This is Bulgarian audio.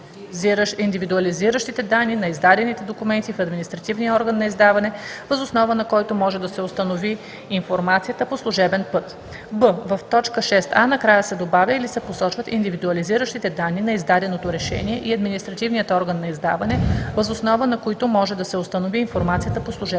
индивидуализиращите данни на издадените документи и административният орган на издаване, въз основа на които може да се установи информацията по служебен път“; б) в т. 6а накрая се добавя „или се посочват индивидуализиращите данни на издаденото разрешение и административният орган на издаване, въз основа на които може да се установи информацията по служебен път“;